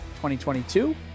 2022